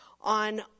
On